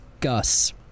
Gus